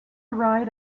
ride